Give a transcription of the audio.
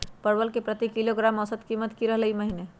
परवल के प्रति किलोग्राम औसत कीमत की रहलई र ई महीने?